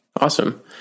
Awesome